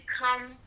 come